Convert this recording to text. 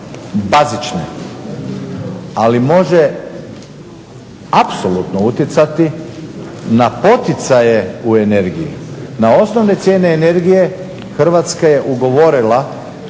bazične, ali može apsolutno utjecati na poticaje u energiji. Na osnovne cijene energije Hrvatska je ugovorila